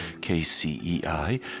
KCEI